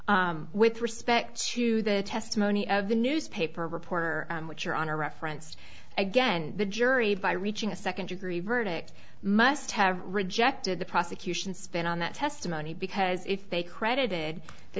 with respect to the testimony of a newspaper reporter which are on a referenced again the jury by reaching a second degree verdict must have rejected the prosecution's spin on that testimony because if they credited the